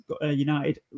United